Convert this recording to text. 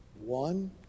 One